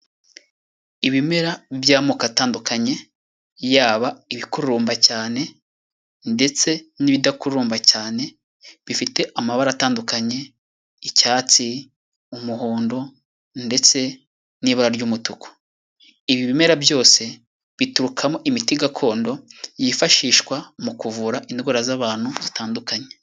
Ibimera by'amoko atandukanye yaba ibikurumba cyane ndetse n'ibidakurumba cyane bifite amabara atandukanye: icyatsi, umuhondo, ndetse n'ibara ry'umutuku. Ibi bimera byose biturukamo imiti gakondo yifashishwa mu kuvura indwara z'abantu zitandukanye.